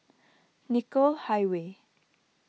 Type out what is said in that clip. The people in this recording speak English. Nicoll Highway